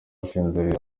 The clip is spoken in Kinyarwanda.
asinziriye